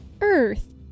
earth